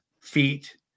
feet